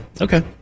Okay